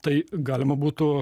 tai galima būtų